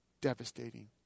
devastating